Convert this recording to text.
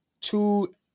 two